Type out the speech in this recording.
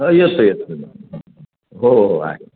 हं येतो हो हो आहे